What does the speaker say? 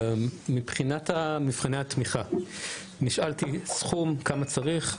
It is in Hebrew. מבחינת מבחני התמיכה, נשאלתי לגבי סכום וכמה צריך.